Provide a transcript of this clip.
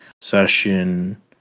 session